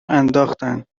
انداختن